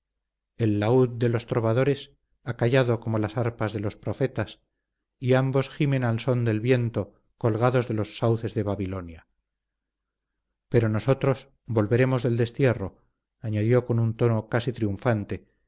el laúd de los trovadores ha callado como las arpas de los profetas y ambos gimen al son del viento colgados de los sauces de babilonia pero nosotros volveremos del destierro añadió con un tono casi triunfante